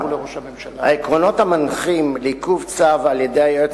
העקרונות המנחים בעיכוב צו על-ידי היועץ